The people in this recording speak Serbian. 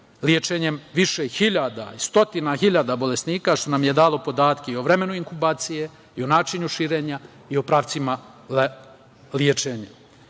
lečenjem više hiljada i stotina hiljada bolesnika, što nam je dalo podatke i o vremenu inkubacije, i o načinu širenja i o pravcima lečenja. Posebno